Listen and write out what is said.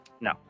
No